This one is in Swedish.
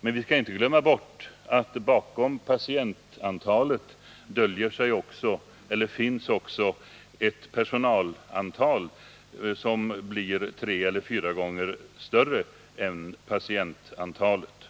Men vi skall inte glömma bort att bakom patientantalet finns 21 maj 1980 också ett personalantal, som blir tre eller fyra gånger större än patientantalet.